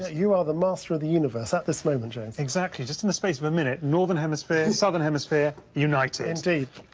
you are the master of the universe at this moment, james. exactly, just in the space of a minute northern hemisphere, southern hemisphere united. indeed.